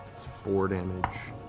four damage,